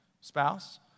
spouse